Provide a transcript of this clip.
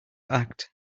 act